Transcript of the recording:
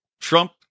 Trump